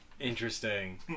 Interesting